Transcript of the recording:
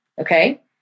okay